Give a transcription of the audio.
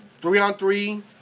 three-on-three